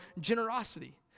generosity